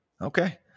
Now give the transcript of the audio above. Okay